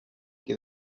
que